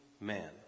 man